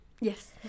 yes